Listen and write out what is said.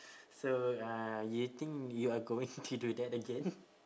so uh you think you are going to do that again